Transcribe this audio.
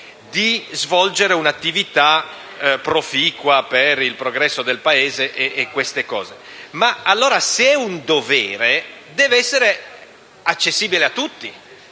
di svolgere un'attività proficua per il progresso del Paese. Se, allora, è un dovere, deve essere accessibile a tutti.